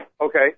okay